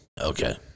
Okay